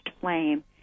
flame